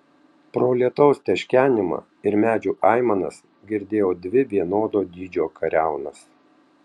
pro lietaus teškenimą ir medžių aimanas girdėjau dvi vienodo dydžio kariaunas